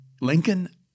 Lincoln